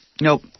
Nope